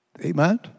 Amen